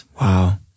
wow